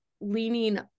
leaning